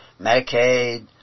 Medicaid